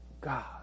God